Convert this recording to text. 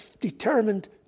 determined